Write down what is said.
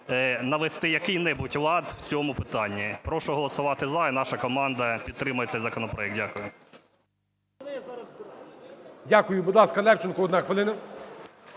навести який-небудь лад в цьому питанні. Прошу голосувати "за". І наша команда підтримає цей законопроект. Дякую. ГОЛОВУЮЧИЙ. Дякую. Будь ласка, Левченко одна хвилина.